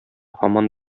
һаман